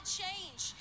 change